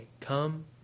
come